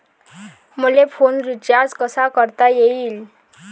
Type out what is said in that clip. मले phone recharge कसा करता येईन?